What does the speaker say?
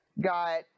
got